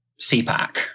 CPAC